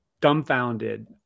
dumbfounded